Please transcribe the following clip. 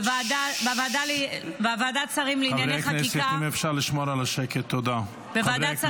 בוועדת שרים לענייני חקיקה ------ חברי הכנסת,